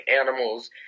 animals